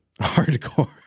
hardcore